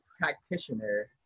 practitioner